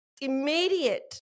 immediate